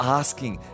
asking